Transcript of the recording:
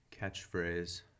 catchphrase